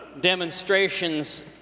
demonstrations